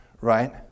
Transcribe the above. right